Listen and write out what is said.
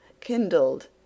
kindled